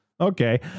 Okay